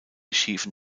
schiefen